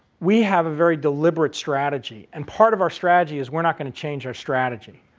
we have a very deliberate strategy, and part of our strategy is we're not going to change our strategy.